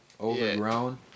Overgrown